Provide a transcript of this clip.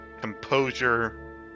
composure